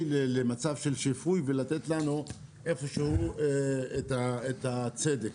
למצב של שיפוי ולתת לנו איפשהו את הצדק.